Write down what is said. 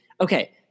Okay